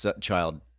child